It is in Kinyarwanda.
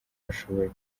ashoboye